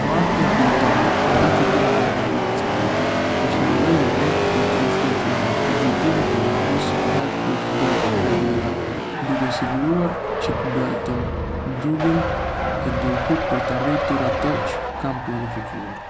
E martë më kujton planifikimin dhe organizimin. Është një moment i mirë për të rishikuar objektivat e javës dhe për të bërë rregullime, duke u siguruar çë të mbetem në rrugën e duhur për të arritur atë çë kam planifikuar.